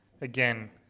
again